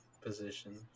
position